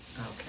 Okay